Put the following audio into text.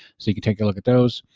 so you can take a look at those.